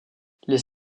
les